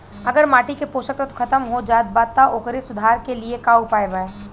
अगर माटी के पोषक तत्व खत्म हो जात बा त ओकरे सुधार के लिए का उपाय बा?